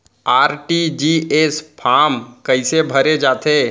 RTGS form कइसे भरे जाथे?